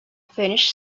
finnish